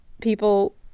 people